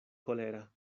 kolera